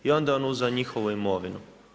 I onda je on uzeo njihovu imovinu.